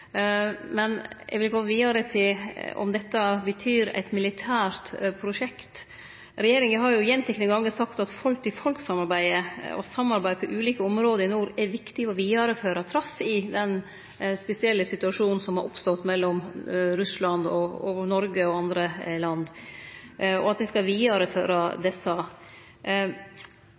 Men eg vil gå vidare og spørje om dette betyr eit militært prosjekt. Regjeringa har jo gjentekne gongar sagt at folk-til-folk-samarbeidet og samarbeidet på ulike område i nord er viktig å vidareføre – trass i den spesielle situasjonen som har oppstått mellom Russland og Noreg og andre land. Så kan ein stille spørsmål som folk i Finnmark gjer, bl.a. Kurt Wikan og